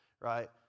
right